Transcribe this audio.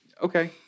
okay